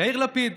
יאיר לפיד